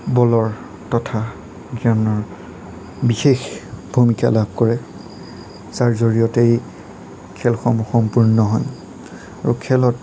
বলৰ তথা জ্ঞানৰ বিশেষ ভূমিকা লাভ কৰে যাৰ জৰিয়তে এই খেলসমূহ সম্পূৰ্ণ হয় আৰু খেলত